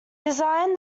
designed